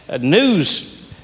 news